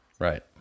right